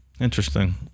Interesting